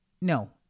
no